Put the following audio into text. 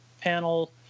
panel